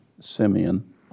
Simeon